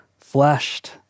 fleshed